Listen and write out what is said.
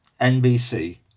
NBC